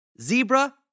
zebra